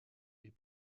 est